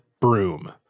broom